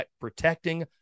protecting